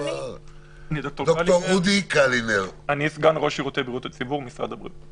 אני סגן ראש שירותי בריאות הציבור במשרד הבריאות.